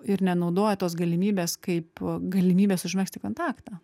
ir nenaudoja tos galimybės kaip galimybės užmegzti kontaktą